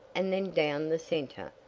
and then down the centre.